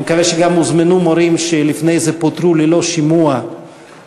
אני מקווה שהוזמנו גם מורים שלפני זה פוטרו ללא שימוע כשהביעו